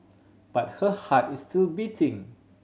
but her heart is still beating